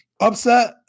upset